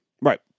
Right